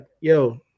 yo